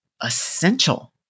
essential